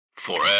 Forever